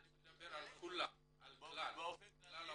אני מדבר על כולם, על כלל העולים.